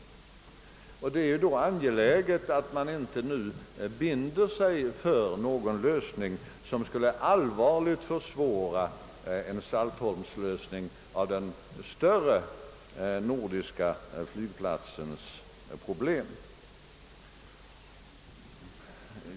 Det är alltså angeläget att man inte nu binder sig för någon lösning, som allvarligt skulle försvåra en lösning av problemet med en stor nordisk flygplats.